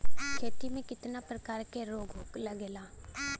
खेती में कितना प्रकार के रोग लगेला?